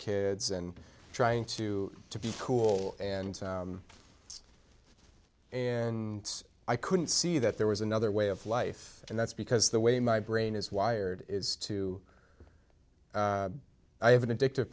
kids and trying to to be cool and in i couldn't see that there was another way of life and that's because the way my brain is wired is to i have an addictive